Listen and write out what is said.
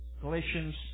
Galatians